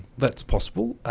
that's possible.